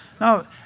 No